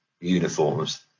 uniforms